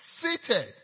Seated